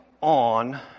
on